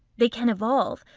they can evolve.